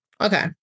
Okay